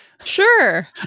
Sure